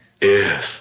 Yes